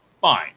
fine